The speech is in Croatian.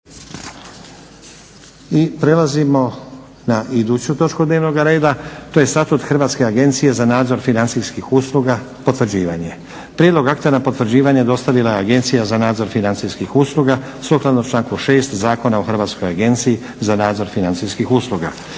I prelazimo na iduću točku dnevnoga reda, to je - Statut Hrvatske agencije za nadzor financijskih usluga – potvrđivanje Prijedlog akta na potvrđivanje dostavila je Agencija za nadzor financijskih usluga sukladno članku 6. Zakona o Hrvatskoj agenciji za nadzor financijskih usluga.